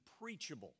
preachable